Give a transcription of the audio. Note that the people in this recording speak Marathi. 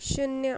शून्य